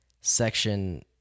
section